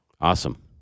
Awesome